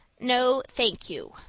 no, thank you,